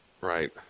Right